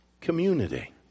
community